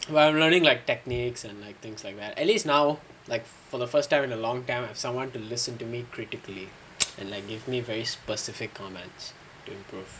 well I'm learning like techniques and like things like that at least now like for the first time in a long time have someone to listen to me critically and like give me very specific comments to improve